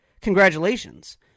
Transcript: congratulations